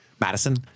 Madison